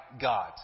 God